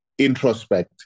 introspect